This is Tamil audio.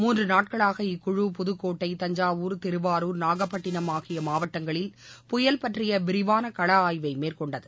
மூன்று நாட்களாக இக்குழு புதுக்கோட்டை தஞ்சாவூர் திருவாரூர் நாகப்பட்டினம் ஆகிய மாவட்டங்களில் புயல் பற்றிய விரிவான கள ஆய்வை மேற்கொண்டது